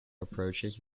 approaches